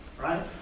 right